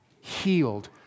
healed